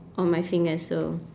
on my fingers so